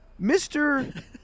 Mr